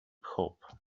hop